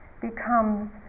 becomes